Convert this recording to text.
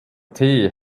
tee